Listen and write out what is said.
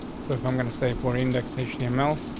so if i'm going to say for indexation yeah mel,